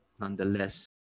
nonetheless